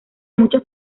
muchos